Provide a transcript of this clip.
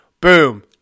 Boom